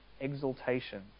exaltation